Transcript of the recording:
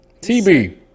TB